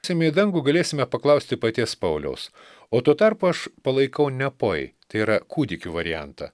eisime į dangų galėsime paklausti paties pauliaus o tuo tarpu aš palaikau nepoj tai yra kūdikių variantą